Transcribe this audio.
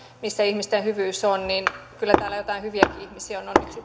missä ihmisten hyvyys on kyllä täällä joitain hyviäkin ihmisiä on onneksi